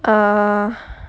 err